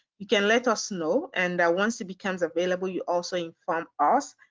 you can let us know and once he becomes available you also inform us.